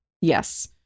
Yes